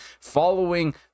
following